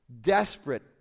desperate